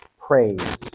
praise